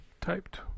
typed